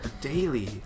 Daily